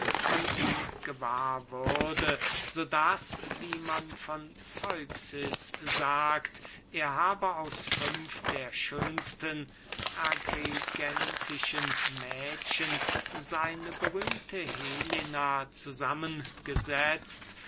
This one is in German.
von ihm gewahr würde so daß wie man von zeuxis sagt er habe aus fünf der schönsten agrigentischen mädchen seine berühmte helena zusammengesetzt